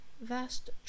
vast